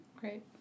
Great